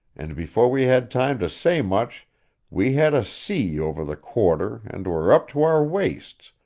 and before we had time to say much we had a sea over the quarter and were up to our waists,